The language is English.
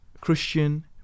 Christian